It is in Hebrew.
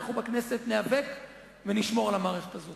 אנחנו בכנסת ניאבק ונשמור על המערכת הזאת.